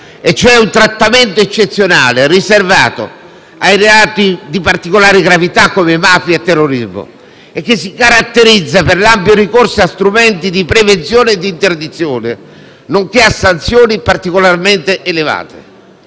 e cioè un trattamento eccezionale riservato ai reati di particolare gravità, come mafia e terrorismo, e che si caratterizza per l'ampio ricorso a strumenti di prevenzione e di interdizione, nonché a sanzioni particolarmente elevate,